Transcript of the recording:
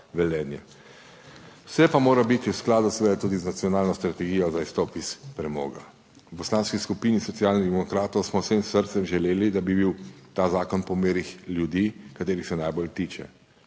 Vse pa mora biti v skladu seveda tudi z nacionalno strategijo za izstop iz premoga. V Poslanski skupini Socialnih demokratov smo z vsem srcem želeli, da bi bil ta zakon po meri ljudi katerih se najbolj tiče.